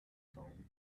phone